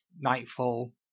Nightfall